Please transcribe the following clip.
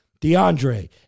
DeAndre